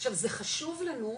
עכשיו זה חשוב לנו,